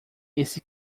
esse